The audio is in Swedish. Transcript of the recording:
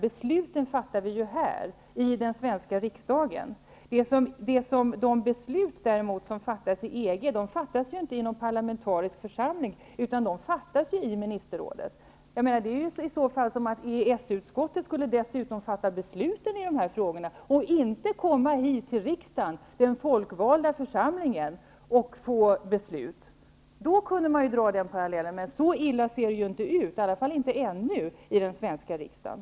Besluten fattar vi här i den svenska riksdagen. De beslut som fattas i EG fattas däremot inte i någon parlamentarisk församling, utan de fattas i ministerrådet. Parallellen förutsätter att EES-utskottet skulle fatta beslut i dessa frågor i stället för att överlämna ärendena till riksdagen, den folkvalda församlingen, för beslut. Men så illa ser det inte ut, i alla fall inte ännu, i den svenska riksdagen.